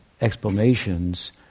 explanations